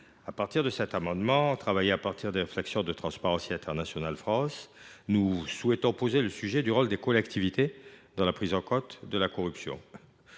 Par cet amendement, élaboré à partir des réflexions de Transparency International France, nous souhaitons nous interroger sur le rôle des collectivités dans la prise en compte de la corruption.